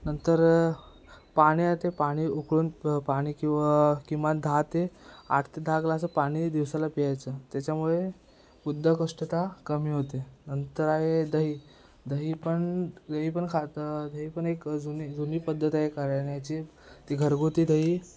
नंतर पाणी आहे ते पाणी उकळून पाणी किंवा किमान आठ ते दहा ग्लास तरी पाणी दिवसाला प्यायचं त्याच्यामुळे बद्धकोष्ठता कमी होते नंतर आहे दही दही पण दही पण खातं दही पण एक जुनी जुनी पद्धत आहे करण्याची ती घरगुती दही